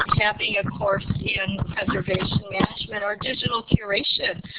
having a course in preservation management. or digital curation.